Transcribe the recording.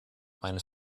meine